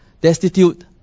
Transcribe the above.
destitute